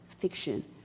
fiction